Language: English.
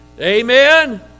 Amen